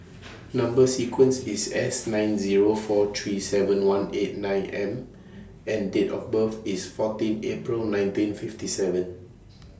Number sequence IS S nine Zero four three seven one eight M and Date of birth IS fourteen April nineteen fifty seven